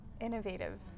innovative